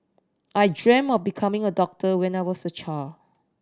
I dreamt of becoming a doctor when I was a child